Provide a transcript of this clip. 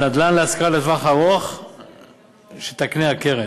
על נדל"ן להשכרה לטווח ארוך שתקנה הקרן,